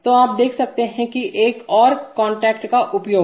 तो आप देख सकते हैं एक और कांटेक्ट का उपयोग